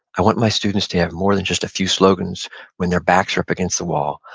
i want my students to have more than just a few slogans when their backs are up against the wall.